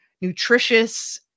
nutritious